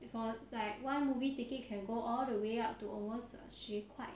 for like one movie ticket can go all the way up to almost 十块